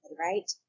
right